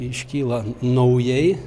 iškyla naujai